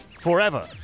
forever